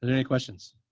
yeah any questions?